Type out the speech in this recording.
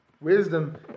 Wisdom